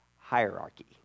hierarchy